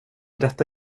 detta